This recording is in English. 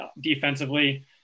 defensively